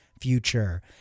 future